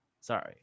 Sorry